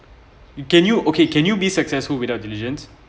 can you okay can you be successful without diligence